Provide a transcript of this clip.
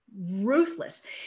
ruthless